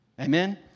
Amen